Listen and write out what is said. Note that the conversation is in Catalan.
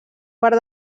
per